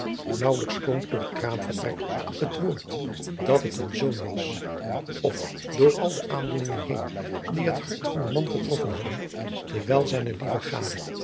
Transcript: naauwelijks klonk door het kraamvertrek het woord dat het een zoon was of door al de aandoeningen heen die het hart van den man getroffen hadden terwijl zijn lieve gade